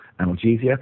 analgesia